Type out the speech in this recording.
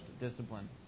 discipline